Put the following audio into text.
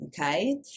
Okay